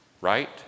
right